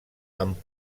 amb